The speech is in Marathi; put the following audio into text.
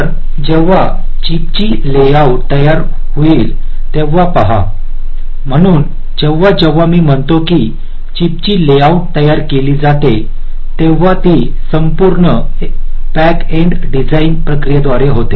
तर जेव्हा चिपची लेआउट तयार होईल तेव्हा पहा म्हणून जेव्हा जेव्हा मी म्हणतो की चिपची लेआउट तयार केली जाते तेव्हा ती संपूर्ण बॅक एंड डिझाइन प्रक्रियेद्वारे होते